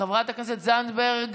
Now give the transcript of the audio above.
חברת הכנסת זנדברג,